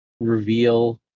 reveal